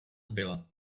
byla